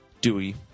dewey